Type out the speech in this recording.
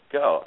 go